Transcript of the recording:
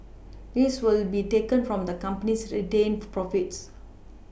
this will be taken from the company's retained profits